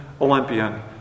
Olympian